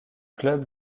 club